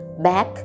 back